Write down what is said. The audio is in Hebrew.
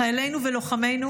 חיילינו ולוחמינו